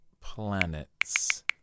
planets